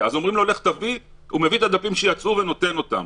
וכשאומרים לו "לך תביא" הוא מביא את הדפים שיצאו ונותן אותם.